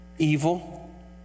evil